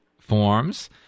forms